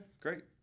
great